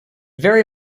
very